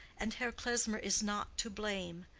and herr klesmer is not to blame.